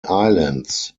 islands